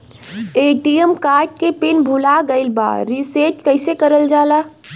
ATM card के PIN भूला गइल बा रीसेट कईसे करल जाला?